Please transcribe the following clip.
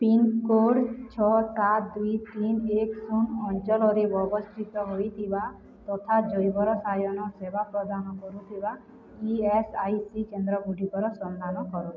pincode ଛଅ ସାତ ଦୁଇ ତିନି ଏକ ଶୂନ ଅଞ୍ଚଳରେ ଅବସ୍ଥିତ ହୋଇଥିବା ତଥା ଜୈବରସାୟନ ସେବା ପ୍ରଦାନ କରୁଥିବା ଇ ଏସ୍ ଆଇ ସି କେନ୍ଦ୍ରଗୁଡ଼ିକର ସନ୍ଧାନ କର